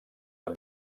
amb